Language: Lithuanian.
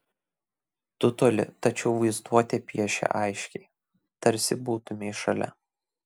tu toli tačiau vaizduotė piešia aiškiai tarsi būtumei šalia